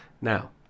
Now